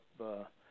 up